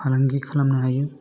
फालांगि खालामनो हायो